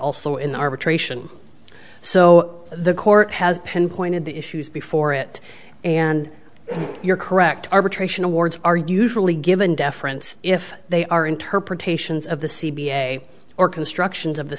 also in arbitration so the court has pinpointed the issues before it and you're correct arbitration awards are usually given deference if they are interpretations of the c b a or constructions of the